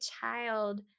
child